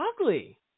ugly